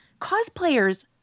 cosplayers